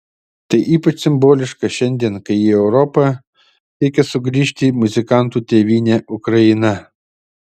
tai ypač simboliška šiandien kai į europą siekia sugrįžti muzikantų tėvynė ukraina